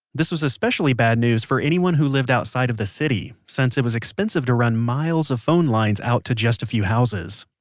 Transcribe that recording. this was especially bad news for anyone who lived outside of the city, since it was expensive to run miles of phone line out to just a few houses.